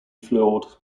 flawed